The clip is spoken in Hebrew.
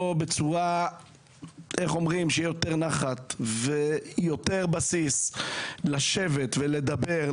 בצורה שתהיה בה יותר נחת ויותר בסיס לשבת ולדבר.